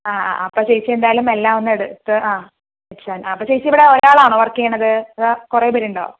ആ ആ അപ്പൊ ചേച്ചിയെന്തായാലും എല്ലാമൊന്നെടുത്ത് ആ വെച്ചാൽ അപ്പൊ ചേച്ചി ഇവിടെ ഒരാളാണോ വർക്ക് ചെയ്യണത് അതോ കുറേ പേരുണ്ടോ